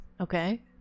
Okay